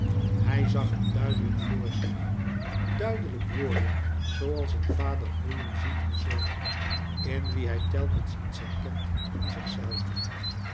hij zag hem duidelijk voor zich duidelijk worden zooals een vader groeien ziet een zoon in wien hij telkens iets herkent van zichzelven